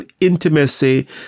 intimacy